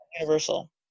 universal